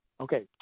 Okay